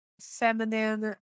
feminine